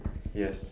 yes